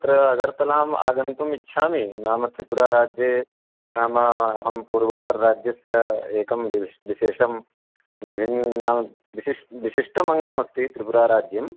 तत्र अगर्तलाम् आगन्तुमिच्छामि नाम त्रिपुराराज्ये नाम अहं पूर्वोत्तरराज्यस्य एकं विशेषं विभिन्नां विशिष्टम् अङ्गम् अस्ति त्रिपुराराज्यं